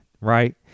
right